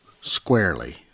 squarely